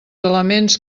elements